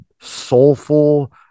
soulful